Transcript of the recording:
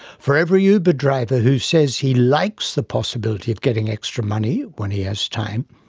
for every uber driver who says he likes the possibility of getting extra money when he has time,